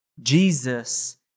Jesus